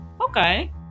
okay